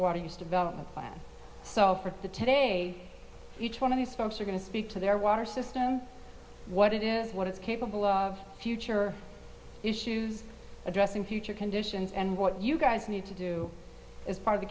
water use development plan so for the today each one of these folks are going to speak to their water system what it is what it's capable of future issues addressing future conditions and what you guys need to do as part of